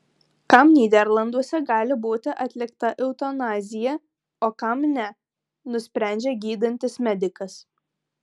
kam nyderlanduose gali būti atlikta eutanazija o kam ne nusprendžia gydantis medikas